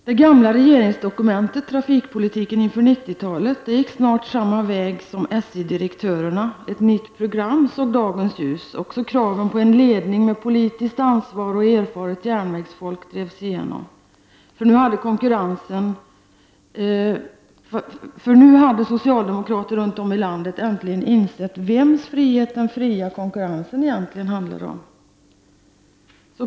Det gamla regeringsdokumentet Trafikpolitiken inför 90-talet gick snart samma väg som SJ-direktörerna. Ett nytt program såg dagens ljus. Kraven på en ledning med politiskt ansvar och erfaret järnvägsfolk drevs igenom, för nu hade socialdemokrater runt om i landet äntligen insett vems frihet den fria konkurrensen egentligen handlade om.